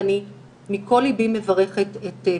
ואני מכל לבי מברכת את פועלך.